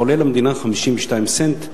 עולה למדינה 52 סנט.